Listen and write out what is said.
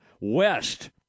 West